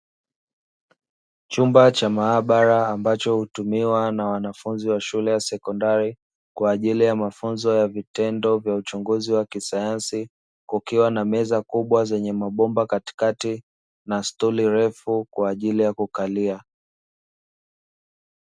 Chumba cha maabara, ambacho hutumiwa na wanafunzi wa shule ya sekondari kwa ajili ya mafunzo ya vitendo vya uchunguzi wa kisayansi, kukiwa na meza kubwa zenye mabomba katikati na stuli ndefu kwa ajili ya kukalia.